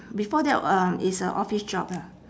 before that um it's a office job lah